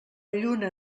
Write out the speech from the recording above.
lluna